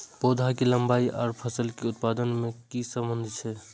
पौधा के लंबाई आर फसल के उत्पादन में कि सम्बन्ध छे?